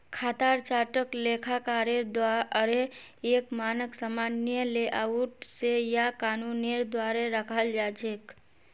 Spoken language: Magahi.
खातार चार्टक लेखाकारेर द्वाअरे एक मानक सामान्य लेआउट स या कानूनेर द्वारे रखाल जा छेक